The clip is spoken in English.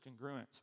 congruence